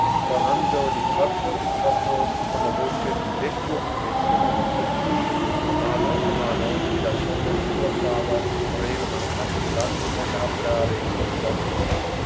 di tratto in tratto con la voce il vecchio commesso a cui a mano a mano che la somma ingrossava pareva mancasse l'animo d'arrivare in fondo